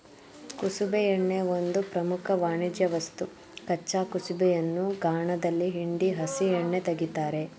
ಕುಸುಬೆ ಎಣ್ಣೆ ಒಂದು ಪ್ರಮುಖ ವಾಣಿಜ್ಯವಸ್ತು ಕಚ್ಚಾ ಕುಸುಬೆಯನ್ನು ಗಾಣದಲ್ಲಿ ಹಿಂಡಿ ಹಸಿ ಎಣ್ಣೆ ತೆಗಿತಾರೆ